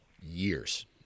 years